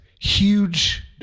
huge